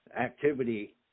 activity